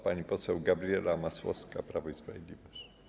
Pani poseł Gabriela Masłowska, Prawo i Sprawiedliwość.